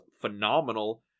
phenomenal